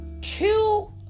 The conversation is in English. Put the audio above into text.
two